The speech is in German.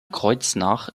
kreuznach